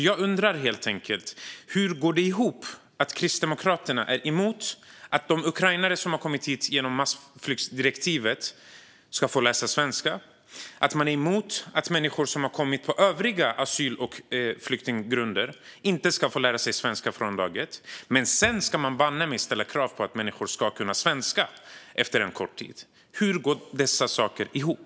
Jag undrar därför helt enkelt: Hur går det ihop att Kristdemokraterna är emot att de ukrainare som har kommit hit genom massflyktsdirektivet ska få läsa svenska och att de är emot att människor som har kommit hit på andra asyl och flyktinggrunder inte ska få lära sig svenska från dag ett men att man sedan banne mig ska ställa krav på att människor ska kunna svenska efter en kort tid? Hur går dessa saker ihop?